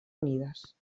unides